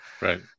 Right